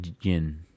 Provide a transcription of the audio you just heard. Yin